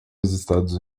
estados